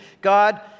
God